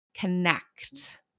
Connect